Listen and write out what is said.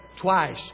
twice